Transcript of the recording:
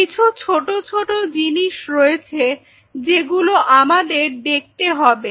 কিছু ছোট ছোট জিনিস রয়েছে যেগুলো আমাদের দেখতে হবে